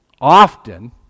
Often